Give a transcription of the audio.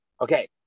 okay